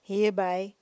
Hierbij